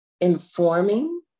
informing